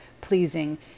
pleasing